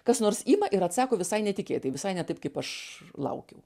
kas nors ima ir atsako visai netikėtai visai ne taip kaip aš laukiau